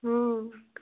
हँ